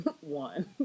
One